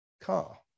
car